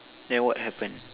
then what happened